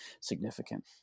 significant